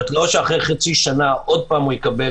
לא שאחרי חצי שנה עוד פעם הוא יקבל.